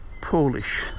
Polish